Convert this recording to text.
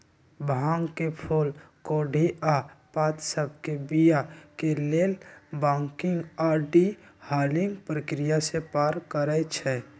भांग के फूल कोढ़ी आऽ पात सभके बीया के लेल बंकिंग आऽ डी हलिंग प्रक्रिया से पार करइ छै